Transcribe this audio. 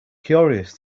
curious